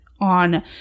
On